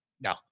no